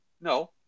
No